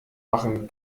machen